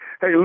Hey